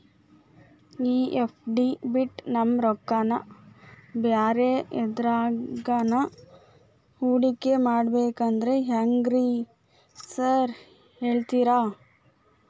ಈ ಎಫ್.ಡಿ ಬಿಟ್ ನಮ್ ರೊಕ್ಕನಾ ಬ್ಯಾರೆ ಎದ್ರಾಗಾನ ಹೂಡಿಕೆ ಮಾಡಬೇಕಂದ್ರೆ ಹೆಂಗ್ರಿ ಸಾರ್ ಹೇಳ್ತೇರಾ?